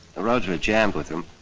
roads were jammed with em,